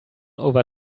over